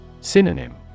Synonym